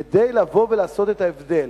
כדי לבוא ולעשות את ההבדל.